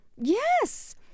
Yes